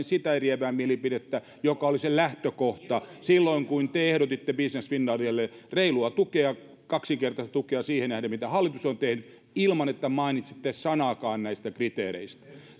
sitä eriävää mielipidettä joka oli se lähtökohta silloin kun te ehdotitte business finlandille reilua tukea kaksinkertaista tukea siihen nähden mitä hallitus on tehnyt ilman että mainitsitte sanaakaan näistä kriteereistä